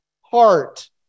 heart